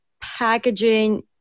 packaging